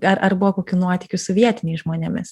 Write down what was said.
ar ar buvo kokių nuotykių su vietiniais žmonėmis